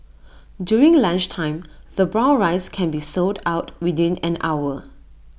during lunchtime the brown rice can be sold out within an hour